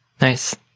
nice